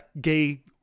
gay